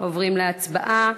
עוברים להצבעה.